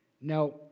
Now